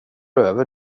över